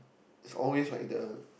it's always like the